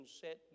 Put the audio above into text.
set